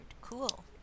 cool